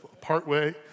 partway